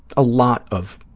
a lot of